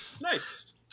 Nice